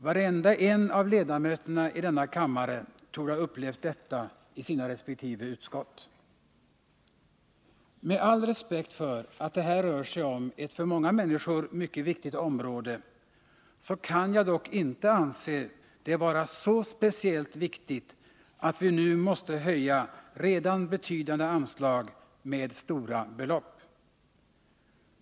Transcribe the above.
Varenda en av ledamöterna i denna kammare torde ha upplevt detta i sina resp. utskott. Med all respekt för att det här rör sig om ett för många människor mycket viktigt område, så kan jag dock inte anse det vara så speciellt viktigt att vi nu måste höja redan betydande anslag med stora belopp.